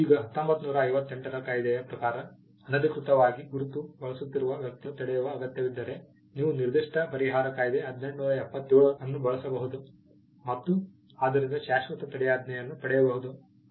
ಈಗ 1958 ರ ಕಾಯಿದೆಯ ಪ್ರಕಾರ ಅನಧಿಕೃತವಾಗಿ ಗುರುತು ಬಳಸುತ್ತಿರುವ ವ್ಯಕ್ತಿಯನ್ನು ತಡೆಯುವ ಅಗತ್ಯವಿದ್ದರೆ ನೀವು ನಿರ್ದಿಷ್ಟ ಪರಿಹಾರ ಕಾಯ್ದೆ 1877 ಅನ್ನು ಬಳಸಬಹುದು ಮತ್ತು ಅದರಿಂದ ಶಾಶ್ವತ ತಡೆಯಾಜ್ಞೆಯನ್ನು ಪಡೆಯಬಹುದು